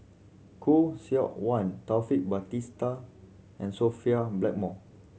Khoo Seok Wan Taufik Batisah and Sophia Blackmore